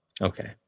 okay